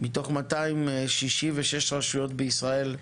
מתוך 266 רשויות בישראל,